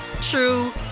true